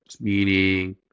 meaning